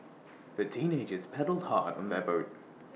the teenagers paddled hard on their